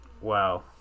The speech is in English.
Wow